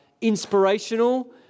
inspirational